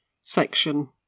section